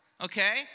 okay